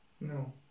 No